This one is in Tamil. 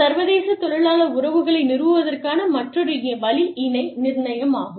சர்வதேச தொழிலாளர் உறவுகளை நிறுவுவதற்கான மற்றொரு வழி இணை நிர்ணயம் ஆகும்